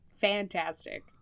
fantastic